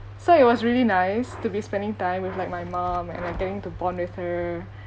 so it was really nice to be spending time with like my mum and like getting to bond with her